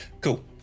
Cool